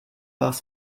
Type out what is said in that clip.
vás